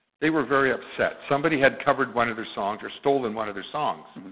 they were very upset. somebody had covered one of their songs or stolen one of their songs.